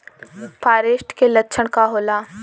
फारेस्ट के लक्षण का होला?